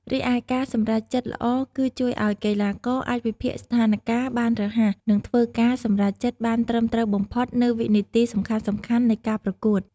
រីឯការសម្រេចចិត្តល្អគឺ ជួយឲ្យកីឡាករអាចវិភាគស្ថានការណ៍បានរហ័ស និងធ្វើការសម្រេចចិត្តបានត្រឹមត្រូវបំផុតនៅវិនាទីសំខាន់ៗនៃការប្រកួត។